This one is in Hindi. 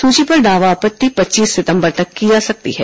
सूची पर दावा आपत्ति पच्चीस सितम्बर तक की जा सकती है